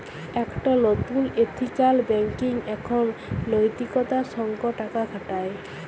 একট লতুল ethical banking এখন লৈতিকতার সঙ্গ টাকা খাটায়